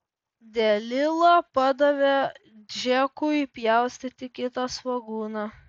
delila padavė džekui pjaustyti kitą svogūną